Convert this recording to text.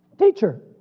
teacher,